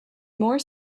more